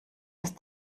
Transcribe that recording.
ist